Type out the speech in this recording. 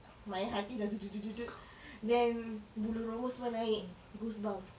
my hati dah then bulu roma semua naik goosebumps